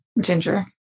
ginger